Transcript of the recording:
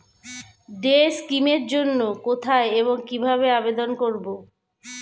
Day scheme এর জন্য কোথায় এবং কিভাবে আবেদন করব?